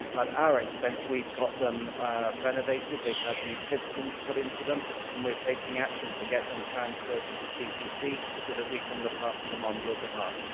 at our expense, we've got them renovated, they've had new pistons put into them and we're taking action to get them transferred to the ttc, so that we can look after them on your behalf.